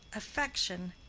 affection,